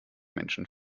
menschen